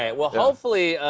and well, hopefully,